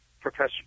Professor